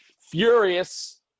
furious